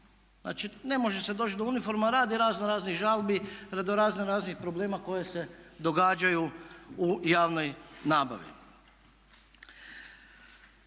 Znači ne može se doći do uniforma radi razno raznih žalbi, radi razno raznih problema koje se događaju u javnoj nabavi.